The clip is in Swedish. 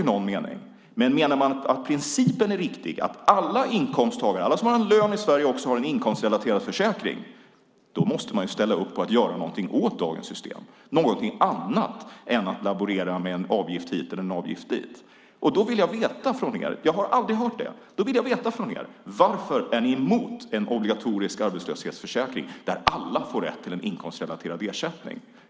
Menar man i stället att principen är riktig, att alla inkomsttagare, alla som har en lön i Sverige, också ska ha en inkomstrelaterad försäkring, måste man ställa upp på att göra någonting åt dagens system, någonting annat än att laborera med en avgift hit eller en avgift dit. Då vill jag veta från er, jag har aldrig hört det, varför ni är emot en obligatorisk arbetslöshetsförsäkring där alla får rätt till en inkomstrelaterad ersättning.